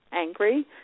angry